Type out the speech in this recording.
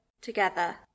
together